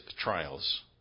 trials